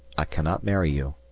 i cannot marry you.